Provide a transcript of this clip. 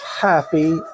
happy